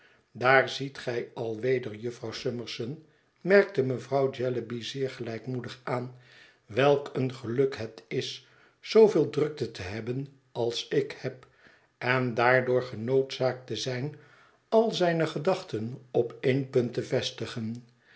daar ziet gij al weder jufvrouw summerson merkte mevrouw jellyby zeer gelijkmoedig aan welk een geluk het is zooveel drukte te hebben als ik heb en daardoor genoodzaakt te zijn al zijne gedachten op één punt te vestigen